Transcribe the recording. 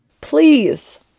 Please